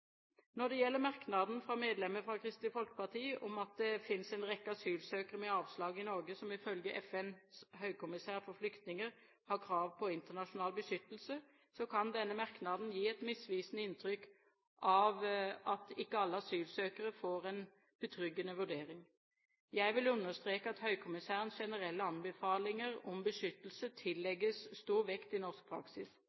Når det gjelder merknaden fra medlemmet fra Kristelig Folkeparti om at det finnes en rekke asylsøkere med avslag i Norge som ifølge FNs høykommissær for flyktninger har krav på internasjonal beskyttelse, kan denne merknaden gi et misvisende inntrykk av at ikke alle asylsøkere får en betryggende vurdering. Jeg vil understreke at Høykommissærens generelle anbefalinger om beskyttelse